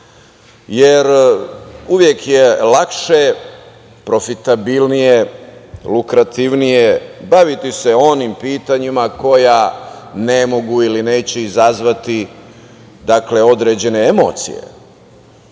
Jer, uvek je lakše, profitabilnije, lukrativnije baviti se onim pitanjima koja ne mogu ili neće izazvati određene emocije. Kada